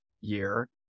year